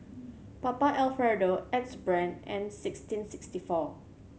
Papa Alfredo Axe Brand and sixteen sixty four